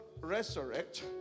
resurrect